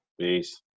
Peace